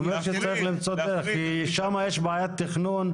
הוא אומר שצריך למצוא דרך כי שם יש בעיית תכנון.